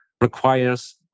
requires